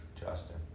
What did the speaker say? Justin